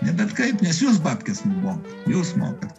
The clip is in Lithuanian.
ne bet kaip nes jūs bapkes mokat jūs mokat